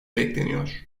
bekleniyor